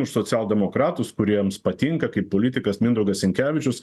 už socialdemokratus kuriems patinka kaip politikas mindaugas sinkevičius